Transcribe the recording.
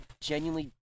genuinely